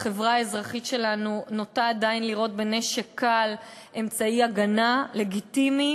החברה האזרחית שלנו נוטה עדיין לראות בנשק קל אמצעי הגנה לגיטימי,